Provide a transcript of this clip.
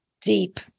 deep